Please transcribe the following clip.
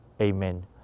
Amen